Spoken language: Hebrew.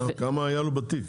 כמה היה לו בתיק?